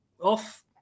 off